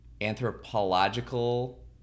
anthropological